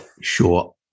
Sure